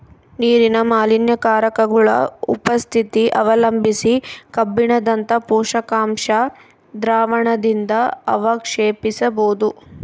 ನೀರಿನ ಮಾಲಿನ್ಯಕಾರಕಗುಳ ಉಪಸ್ಥಿತಿ ಅವಲಂಬಿಸಿ ಕಬ್ಬಿಣದಂತ ಪೋಷಕಾಂಶ ದ್ರಾವಣದಿಂದಅವಕ್ಷೇಪಿಸಬೋದು